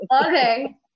Okay